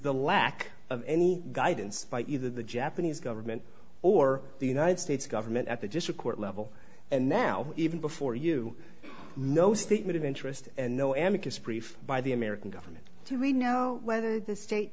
the lack of any guidance by either the japanese government or the united states government at the district court level and now even before you know statement of interest and no amec is preferred by the american government to we know whether the state